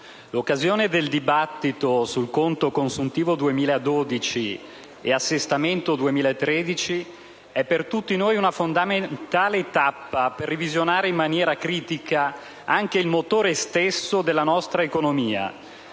l'occasione del dibattito sul conto consuntivo 2012 e sull'assestamento 2013 è per tutti noi una fondamentale tappa per revisionare in maniera critica il motore stesso della nostra economia